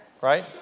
right